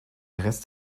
rest